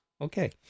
Okay